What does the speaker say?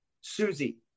Susie